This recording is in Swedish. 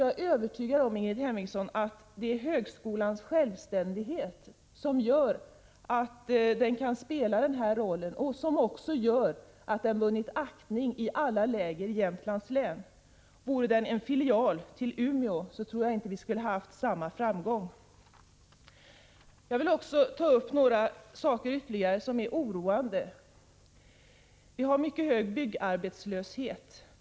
Jag kan övertyga Ingrid Hemmingsson om att det är högskolans självständighet som gör att den kan spela den rollen och som också gör att den vunnit aktning i alla läger i Jämtlands län. Vore den en filial till Umeå universitet tror jag inte att vi skulle ha haft samma framgång. Jag vill ta upp ytterligare några saker som är oroande. Vi har mycket hög byggarbetslöshet.